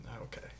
Okay